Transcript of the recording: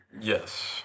Yes